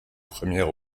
premiers